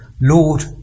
Lord